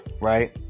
Right